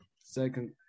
second